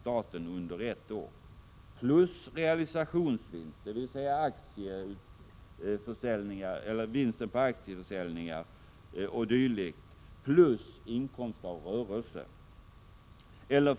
1986/87:48 på alkoholförsäljning under 2—2,5 år.